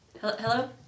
Hello